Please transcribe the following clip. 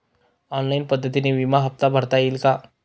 Online पद्धतीने विमा हफ्ता भरता येईल का?